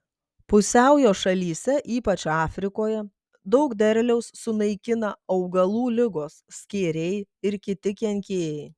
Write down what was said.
pusiaujo šalyse ypač afrikoje daug derliaus sunaikina augalų ligos skėriai ir kiti kenkėjai